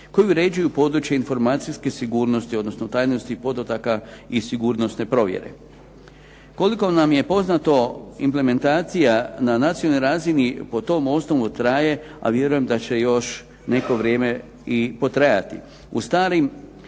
koji uređuju područje informacijske sigurnosti, odnosno tajnosti podataka i sigurnosne provjere. Koliko nam je poznato implementacija na nacionalnoj razini po tom osnovu traje, a vjerujem da će još neko vrijeme i potrajati. U starim